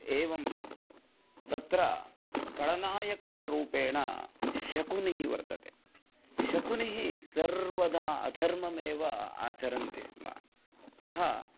एवं तत्र कलनायकरूपेण शकुनिः वर्तते शकुनिः सर्वदा अधर्ममेव आचरति स्म सः